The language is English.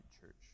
church